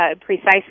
precisely